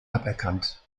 aberkannt